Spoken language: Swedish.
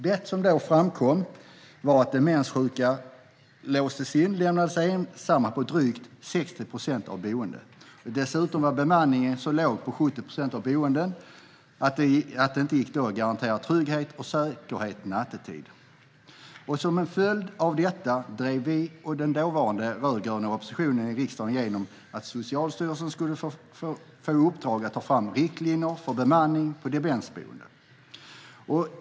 Det som då framkom var att demenssjuka låstes in och lämnades ensamma på drygt 60 procent av boendena. Dessutom var bemanningen så låg på 70 procent av boendena att det inte gick att garantera trygghet och säkerhet nattetid. Som en följd av detta drev vi och den dåvarande rödgröna oppositionen i riksdagen igenom att Socialstyrelsen skulle få i uppdrag att ta fram riktlinjer för bemanning på demensboende.